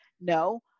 No